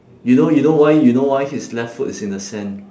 you know you know why you know why his left foot is in the sand